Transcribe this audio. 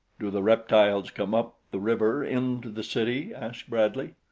do the reptiles come up the river into the city? asked bradley.